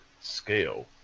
scale